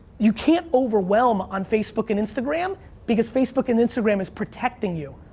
you can't overwhelm on facebook and instagram because facebook and instagram is protecting you.